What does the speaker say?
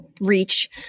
reach